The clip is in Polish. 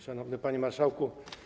Szanowny Panie Marszałku!